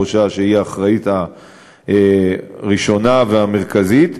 שהיא האחראית הראשונה והמרכזית.